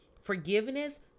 forgiveness